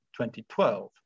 2012